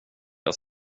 jag